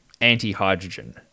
anti-hydrogen